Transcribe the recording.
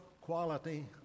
quality